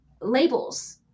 labels